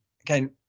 again